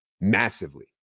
massively